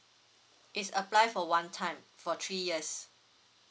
it's apply for one time for three years